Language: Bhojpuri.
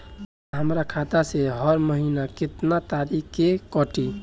पैसा हमरा खाता से हर महीना केतना तारीक के कटी?